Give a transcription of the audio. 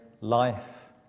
life